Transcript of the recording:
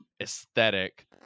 aesthetic